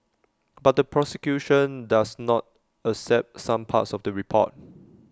but the prosecution does not accept some parts of the report